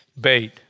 bait